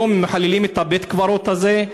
היום מחללים את בית-הקברות הזה,